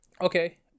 Okay